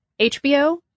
HBO